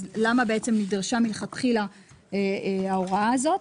אז למה נדרשה לכתחילה ההוראה הזו?